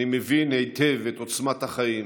אני מבין היטב את עוצמת החיים